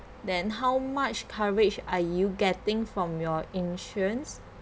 then how much coverage are you getting from your insurance